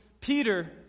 Peter